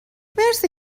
مرسی